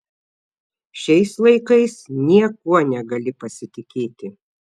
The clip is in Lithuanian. šiais laikais niekuo negali pasitikėti